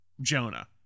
jonah